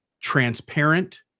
transparent